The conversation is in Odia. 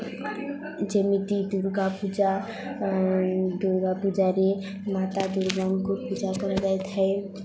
ଯେମିତି ଦୁର୍ଗା ପୂଜା ଦୁର୍ଗା ପୂଜାରେ ମାତା ଦୂର୍ଗାଙ୍କୁ ପୂଜା କରାଯାଇଥାଏ